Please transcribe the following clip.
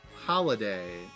holiday